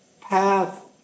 path